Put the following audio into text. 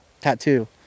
tattoo